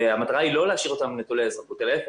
והמטרה היא לא להשאיר אותם נטולי אזרחות אלא להיפך,